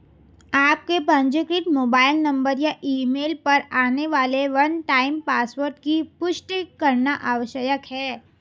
आपके पंजीकृत mobile number या ईमेल पर आने वाले वन टाइम पासवर्ड की पुष्टि करना आवश्यक है